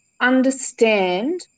understand